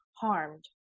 harmed